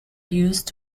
used